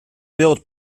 built